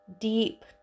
deep